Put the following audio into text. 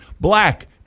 black